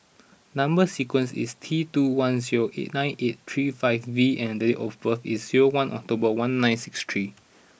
number sequence is T two one zero nine eight three five V and date of birth is zero one October one nine six three